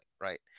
right